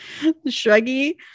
shruggy